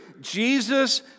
Jesus